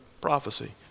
prophecy